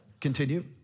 Continue